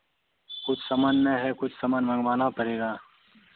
कुछ सामान नहीं है कुछ सामान मँगवाना पड़ेगा